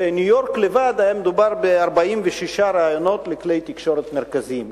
בניו-יורק לבדה היה מדובר ב-46 ראיונות לכלי תקשורת מרכזיים,